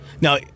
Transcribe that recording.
Now